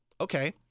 okay